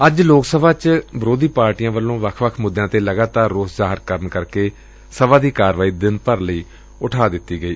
ਅੱਜ ਲੋਕ ਸਭਾ ਚ ਵਿਰੋਧੀ ਪਾਰਟੀਆਂ ਵੱਲੋ ਵੱਖ ਵੱਖ ਮੁੱਦਿਆਂ ਤੇ ਲਗਾਤਾਰ ਰੋਸ ਜ਼ਾਹਿਰ ਕਰਨ ਕਰਕੇ ਸਭਾ ਦੀ ਕਾਰਵਾਈ ਦਿਨ ਭਰ ਲਈ ਉਠਾ ਦਿੱਤੀ ਗਈ